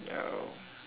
no